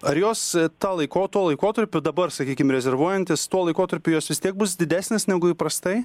ar jos tą laiko tuo laikotarpiu dabar sakykim rezervuojantis tuo laikotarpiu jos vis tiek bus didesnės negu įprastai